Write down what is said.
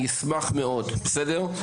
אני אשמח מאוד, בסדר?